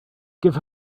give